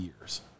years